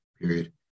period